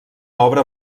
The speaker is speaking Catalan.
obra